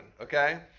Okay